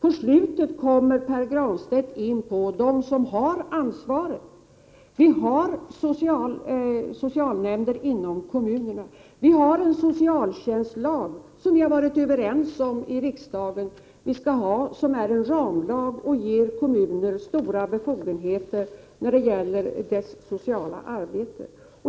I slutet kom emellertid Pär Granstedt in på vem som har ansvaret. Vi har socialnämnder i kommunerna, och vi har en socialtjänstlag som vi har varit överens om här i kammaren och som är en ramlag. Den skall ge kommunerna stora befogenheter när det gäller det sociala arbetet.